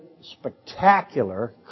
spectacular